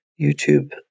YouTube